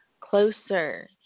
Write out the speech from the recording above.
closer